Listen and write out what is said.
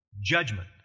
Judgment